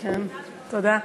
תודה.